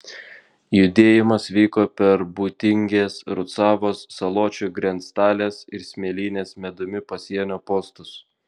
judėjimas vyko per būtingės rucavos saločių grenctalės ir smėlynės medumi pasienio postus